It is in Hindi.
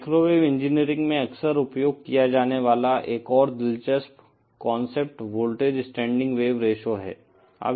माइक्रोवेव इंजीनियरिंग में अक्सर उपयोग किया जाने वाला एक और दिलचस्प concept voltage standing wave ratio है